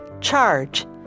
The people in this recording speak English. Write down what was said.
Charge